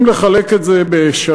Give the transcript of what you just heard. אם לחלק את זה בשלושה,